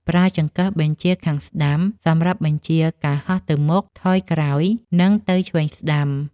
ប្រើចង្កឹះបញ្ជាខាងស្តាំសម្រាប់បញ្ជាការហោះទៅមុខ ថយក្រោយ និងទៅឆ្វេងស្ដាំ។